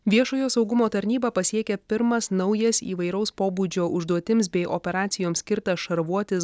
viešojo saugumo tarnybą pasiekia pirmas naujas įvairaus pobūdžio užduotims bei operacijoms skirtas šarvuotis